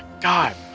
God